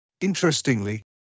Interestingly